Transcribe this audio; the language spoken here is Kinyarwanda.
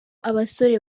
abasore